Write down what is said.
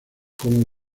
como